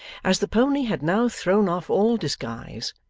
as the pony had now thrown off all disguise,